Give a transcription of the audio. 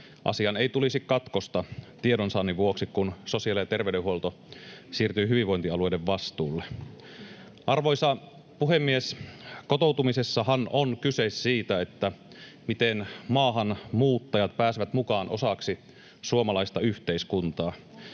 asiaan ei tulisi katkosta tiedonsaannin vuoksi, kun sosiaali- ja terveydenhuolto siirtyi hyvinvointialueiden vastuulle. Arvoisa puhemies! Kotoutumisessahan on kyse siitä, miten maahanmuuttajat pääsevät mukaan osaksi suomalaista yhteiskuntaa.